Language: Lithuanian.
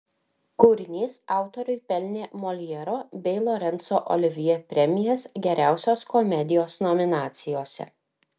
kūrinys autoriui pelnė moljero bei lorenco olivjė premijas geriausios komedijos nominacijose